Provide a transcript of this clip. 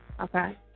Okay